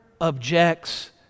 objects